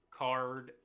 card